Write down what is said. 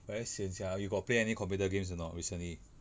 very sian sia you got play any computer games or not recently